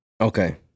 Okay